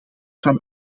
van